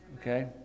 Okay